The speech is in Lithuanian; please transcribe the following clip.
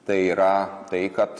tai yra tai kad